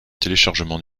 téléchargement